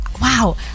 wow